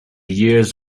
years